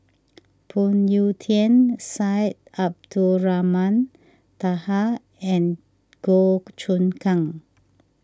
Phoon Yew Tien Syed Abdulrahman Taha and Goh Choon Kang